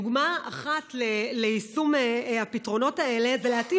דוגמה אחת ליישום הפתרונות האלה זה להתאים